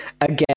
again